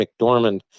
McDormand